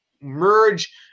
merge